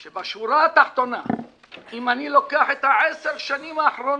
אם אני לוקח בשורה התחתונה את עשר השנים האחרונות,